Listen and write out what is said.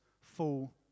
full